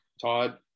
todd